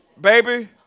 baby